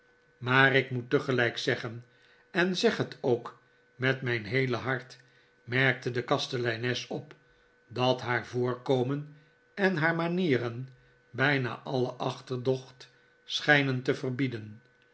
maar ik moet tegelijk zeggen en zeg het ook met mijn heele hart merkte de kasteleines op dat haar voorkomen en haar manieren bijna alle achterdocht schijnen te verbieden